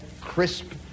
crisp